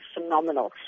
phenomenal